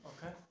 Okay